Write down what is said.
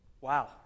Wow